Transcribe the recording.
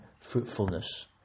fruitfulness